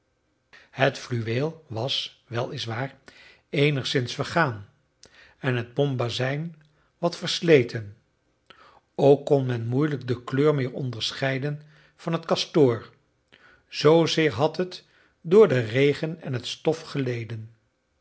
het fluweel was wel is waar eenigszins vergaan en het bombazijn wat versleten ook kon men moeielijk de kleur meer onderscheiden van het kastoor zoozeer had het door den regen en het stof geleden